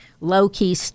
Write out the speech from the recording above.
low-key